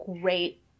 great